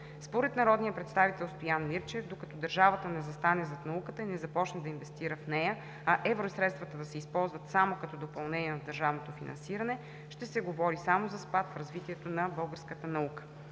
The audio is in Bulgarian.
Според народния представител Стоян Мирчев докато държавата не застане зад науката и не започне да инвестира в нея, а евросредствата да се използват само като допълнение на държавното финансиране, ще се говори само за спад в развитието на българската наука.